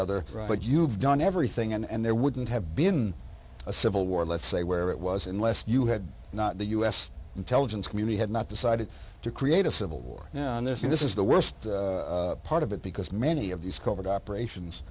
other but you've done everything and there wouldn't have been a civil war let's say where it was unless you had not the u s intelligence community had not decided to create a civil war on this and this is the worst part of it because many of these covert operations